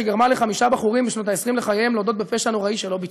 שגרמה לחמישה בחורים בשנות ה-20 לחייהם להודות בפשע נורא שלא ביצעו.